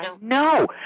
No